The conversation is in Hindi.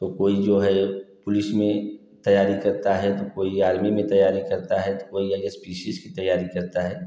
तो कोई जो है पुलिस में तैयारी करता है तो कोई आर्मी में तैयारी करता है तो कोई की तैयारी करता है